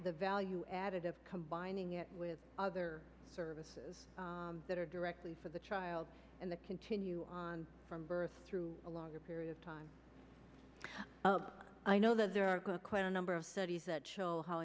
the value added of combining it with other services that are directly for the child and the continue on from birth through a longer period of time i know that there are quite a number of studies that show how